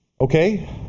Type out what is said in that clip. Okay